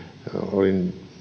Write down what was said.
olin